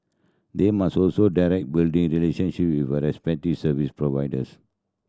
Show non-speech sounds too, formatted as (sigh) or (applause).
they must also direct (unintelligible) relationship with (unintelligible) service providers